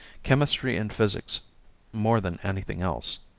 chemistry and physics more than anything else.